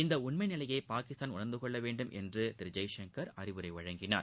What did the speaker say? இந்த உண்மை நிலையை பாகிஸ்தான் உணர்ந்து கொள்ள வேண்டும் என்று திரு ஜெய்சங்கர் அறிவுரை வழங்கினார்